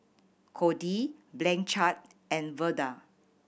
Codi Blanchard and Verda